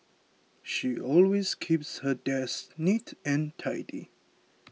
she always keeps her desk neat and tidy